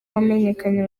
wamenyekanye